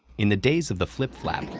in the days of the flip-flap,